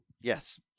Yes